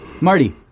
Marty